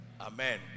Amen